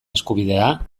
eskubidea